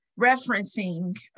Referencing